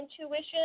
intuition